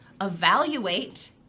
evaluate